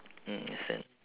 mm understand